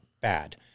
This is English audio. bad